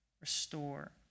restore